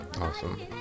Awesome